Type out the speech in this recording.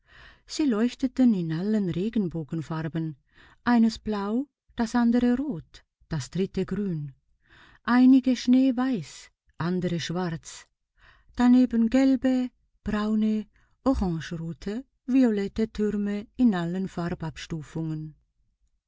sie leuchteten in allen regenbogenfarben eines blau das andere rot das dritte grün einige schneeweiß andere schwarz daneben gelbe braune orangerote violette türme in allen